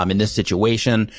um in this situation,